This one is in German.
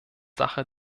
sache